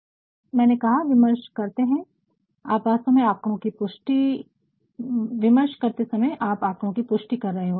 जैसा मैंने कहा जब विमर्श करते है आप वास्तव में आकड़ो की पुष्टि कर रहे होते है